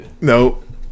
Nope